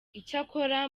icyakora